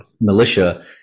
militia